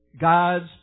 God's